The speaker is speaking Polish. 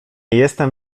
jestem